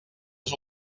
les